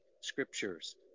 scriptures